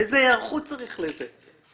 איזה היערכות צריך לזה?